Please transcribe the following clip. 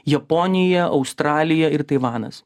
japonija australija ir taivanas